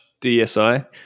DSi